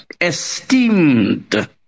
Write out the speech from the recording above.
esteemed